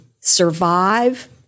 survive